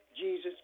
Jesus